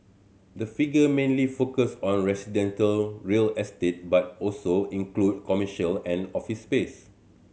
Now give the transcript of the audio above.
the figure mainly focus on residential real estate but also include commercial and office space